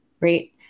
right